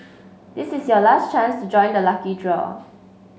this is your last chance to join the lucky draw